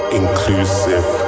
inclusive